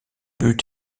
but